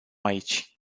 aici